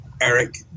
Eric